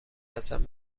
هستم